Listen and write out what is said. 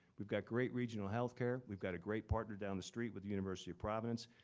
we've got great regional healthcare. we've got a great partner down the street with the university of providence.